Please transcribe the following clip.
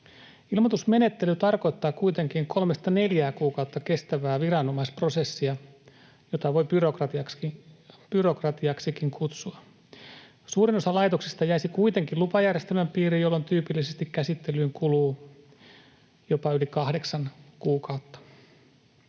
Ilmoitusmenettely tarkoittaa kuitenkin kolmesta neljään kuukautta kestävää viranomaisprosessia, jota voi byrokratiaksikin kutsua. Suurin osa laitoksista jäisi kuitenkin lupajärjestelmän piiriin, jolloin tyypillisesti käsittelyyn kuluu jopa yli kahdeksan kuukautta.